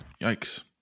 yikes